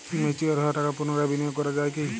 Mature হওয়া টাকা পুনরায় বিনিয়োগ করা য়ায় কি?